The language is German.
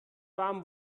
warm